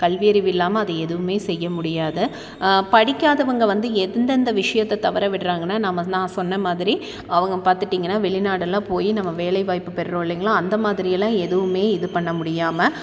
கல்வியறிவு இல்லாமல் அது எதுவுமே செய்ய முடியாது படிக்காதவங்க வந்து எந்தெந்த விஷயத்த தவற விடுறாங்கனா நம்ம நான் சொன்னமாதிரி அவங்க பார்த்துட்டீங்கனா வெளிநாடெல்லாம் போய் நம்ம வேலைவாய்ப்பு பெறுறோம் இல்லைங்களா அந்தமாதிரி எல்லாம் எதுவுமே இது பண்ண முடியாமல்